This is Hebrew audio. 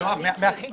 מיקי.